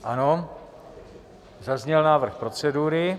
Ano, zazněl návrh procedury.